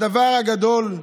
הדבר הגדול הוא